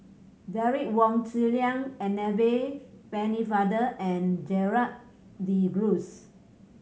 Derek Wong Zi Liang Annabel Pennefather and Gerald De Cruz